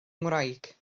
ngwraig